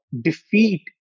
defeat